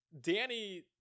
Danny